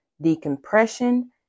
decompression